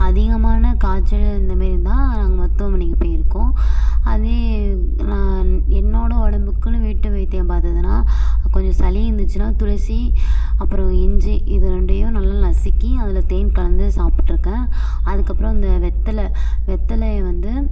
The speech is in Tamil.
அதிகமான காய்ச்சல் இந்தமாரி இருந்தால் நாங்கள் மருத்துவமனைக்கு போயிருக்கோம் அதே நான் என்னோடய உடம்புக்குன்னு வீட்டு வைத்தியம் பார்த்ததுனா கொஞ்சம் சளி இருந்துச்சின்னால் துளசி அப்பறம் இஞ்சி இது ரெண்டையும் நல்லா நசுக்கி அதில் தேன் கலந்து சாப்பிட்ருக்கேன் அதுக்கப்பறம் இந்த வெத்தலை வெத்தலைய வந்து